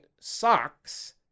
socks